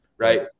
right